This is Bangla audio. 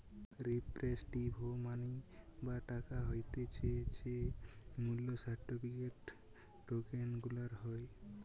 রিপ্রেসেন্টেটিভ মানি বা টাকা হতিছে যেই মূল্য সার্টিফিকেট, টোকেন গুলার হয়